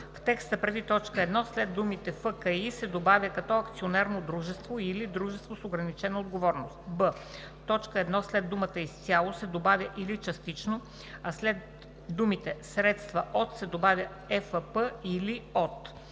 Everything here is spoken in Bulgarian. в текста преди т. 1 след думите „ФКИ“ се добавя „като акционерно дружество или дружество с ограничена отговорност“; б) в т. 1 след думата „изцяло“ се добавя „или частично“, а след думите „средства от“ се добавя „ЕФП или от“;